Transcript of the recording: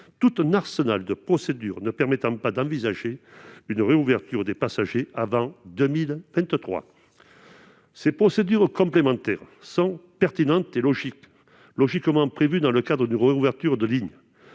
tout un arsenal de procédures, ce qui ne permettrait pas d'envisager une réouverture de la ligne aux passagers avant 2023. Ces procédures complémentaires sont pertinentes et logiquement prévues dans le cadre d'une ouverture de ligne.